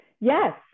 yes